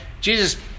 Jesus